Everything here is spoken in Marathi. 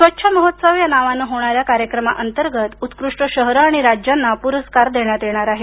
स्वच्छ महोत्सव नावाने होणाऱ्या कार्यक्रमातंगत उत्कृष्ट शहरं आणि राज्यांना पुरस्कार देण्यात येणार आहेत